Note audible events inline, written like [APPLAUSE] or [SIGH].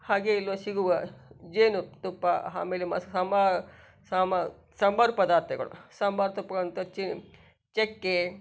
ಹಾಗೆಯೇ ಇಲ್ಲಿ ಸಿಗುವ ಜೇನುತುಪ್ಪ ಆಮೇಲೆ ಸಾಂಬಾರ ಪದಾರ್ಥಗಳು ಸಾಂಬಾರ [UNINTELLIGIBLE] ಚಕ್ಕೆ